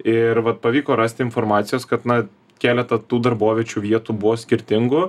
ir vat pavyko rasti informacijos kad na keleta tų darboviečių vietų buvo skirtingų